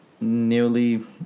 Nearly